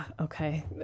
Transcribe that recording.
okay